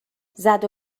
زدو